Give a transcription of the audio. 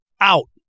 out